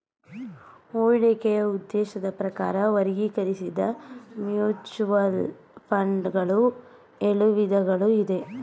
ಹೂಡಿಕೆಯ ಉದ್ದೇಶದ ಪ್ರಕಾರ ವರ್ಗೀಕರಿಸಿದ್ದ ಮ್ಯೂಚುವಲ್ ಫಂಡ್ ಗಳು ಎಳು ವಿಧಗಳು ಇದೆ